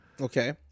Okay